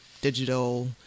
digital